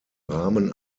rahmen